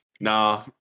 nah